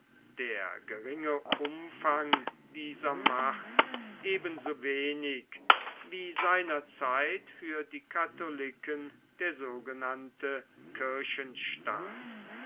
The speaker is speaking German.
der geringe umfang dieser macht ebensowenig wie seiner zeit für die katholiken der sogenannte